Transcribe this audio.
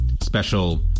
special